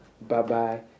Bye-bye